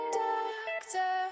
doctor